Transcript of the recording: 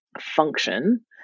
function